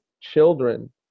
children